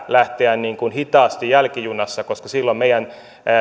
lähteä hitaasti jälkijunassa koska silloin meidän